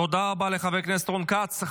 תודה רבה לחבר הכנסת רון כץ.